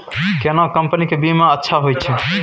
केना कंपनी के बीमा अच्छा होय छै?